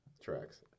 tracks